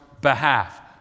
behalf